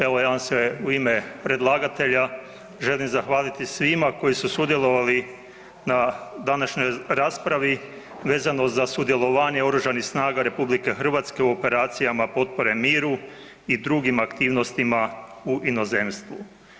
Evo ja vam se u ime predlagatelja želim zahvaliti svima koji su sudjelovali na današnjoj raspravi vezano za sudjelovanje u oružni snaga RH u operacijama potpore miru i drugim aktivnostima u inozemstvu.